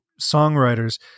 songwriters